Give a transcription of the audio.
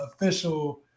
official